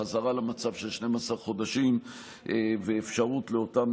חזרה למצב של 12 חודשים ואפשרות לאותם